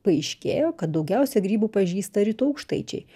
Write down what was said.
paaiškėjo kad daugiausia grybų pažįsta rytų aukštaičiai